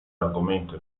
argomento